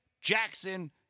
Jackson